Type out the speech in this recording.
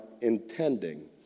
intending